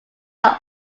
are